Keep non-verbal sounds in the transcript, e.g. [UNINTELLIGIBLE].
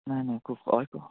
নাই নাই [UNINTELLIGIBLE]